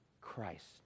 Christ